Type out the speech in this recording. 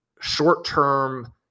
short-term